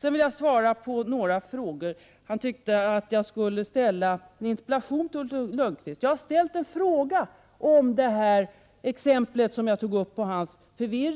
Jag skall nu svara på några frågor. Jag har uppmanats att ställa en interpellation till Ulf Lönnqvist. Jag har ställt en fråga i anslutning till det exempel som jag tog upp och som belyste förvirringen i hans åtgärder.